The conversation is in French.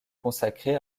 consacré